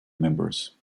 members